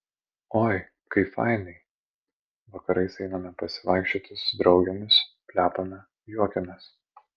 oi kaip fainiai vakarais einame pasivaikščioti su draugėmis plepame juokiamės